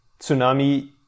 tsunami